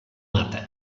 mata